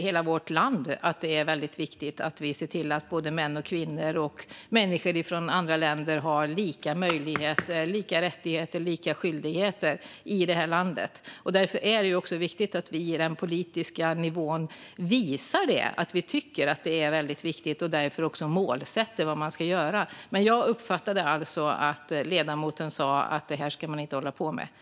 Hela vårt land tycker att det är väldigt viktigt att vi ser till att både män och kvinnor och människor från andra länder har lika möjligheter, lika rättigheter och lika skyldigheter i detta land. Därför är det också viktigt att vi på den politiska nivån visar att vi tycker att det är väldigt viktigt och därför målsätter vad som ska göras. Men jag uppfattade alltså att ledamoten sa att man inte ska hålla på med detta.